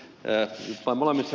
herra puhemies